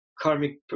karmic